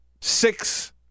six